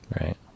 Right